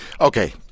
Okay